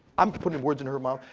i'm putting words in her mouth.